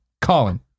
Colin